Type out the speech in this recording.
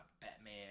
Batman